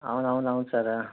అవును అవును అవును సారు